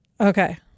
Okay